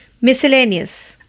Miscellaneous